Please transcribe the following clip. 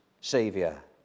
saviour